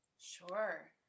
Sure